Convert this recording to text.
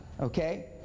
okay